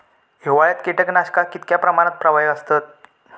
हिवाळ्यात कीटकनाशका कीतक्या प्रमाणात प्रभावी असतत?